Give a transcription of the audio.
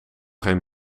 geen